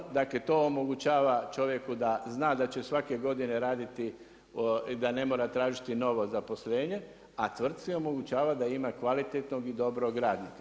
I ono, dakle to omogućava čovjeku da zna da će svake godine raditi i da ne mora tražiti novo zaposlenje, a tvrtci omogućava da ima kvalitetnog i dobrog radnika.